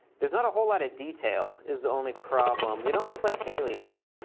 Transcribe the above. there's not a whole lot of detail, is the only problem. they don't look like aliens.